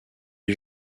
lui